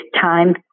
time